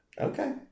Okay